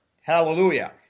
Hallelujah